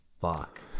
fuck